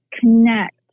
connect